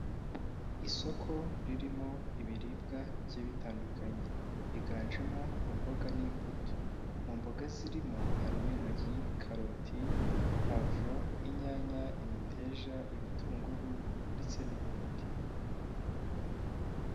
Isoko ririmo ibiribwa bigiye bitandukanye, higanjemo imboga n'imbuto. Mu mboga zirimo, harimo; inoryi, karoti, pavuro, inyanya, imiteja, ibitunguru, ndetse n'ibindi.